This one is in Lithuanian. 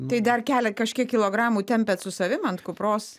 tai dar kelia kažkiek kilogramų tempiat su savim ant kupros